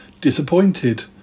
disappointed